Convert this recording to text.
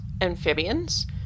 amphibians